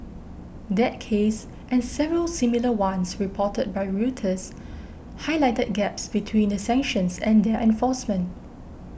that case and several similar ones reported by Reuters Highlighted Gaps between the sanctions and their enforcement